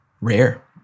rare